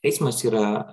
eismas yra